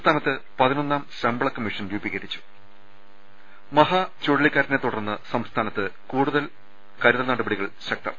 സംസ്ഥാനത്ത് പതിനൊന്നാം ശമ്പളക്കമ്മീഷൻ രൂപീക രിച്ചു മഹാ ചുഴലിക്കാറ്റിനെ തുടർന്ന് സംസ്ഥാനത്ത് കരുതൽ നടപടികൾ ശക്തം